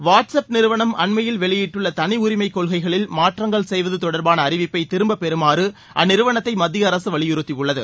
what's up நிறுவனம் அன்மையில் வெளியிட்டுள்ள தனி உரிமை கொள்கைகளில் மாற்றங்கள் செய்வது தொடர்பான அறிவிப்பை திரும்ப பெறுமாறு அந்த நிறுவனத்தை மத்திய அரசு வலியுறத்தியுள்ளது